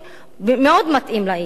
מאוד מתאים לאי-אמון.